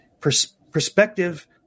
perspective